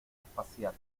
espacial